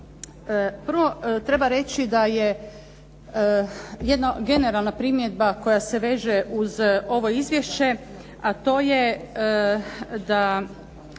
Prvo, treba reći da je jedna generalna primjedba koja se veže uz ovo izvješće a to je da